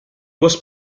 was